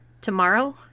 Tomorrow